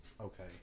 okay